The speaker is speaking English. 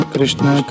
Krishna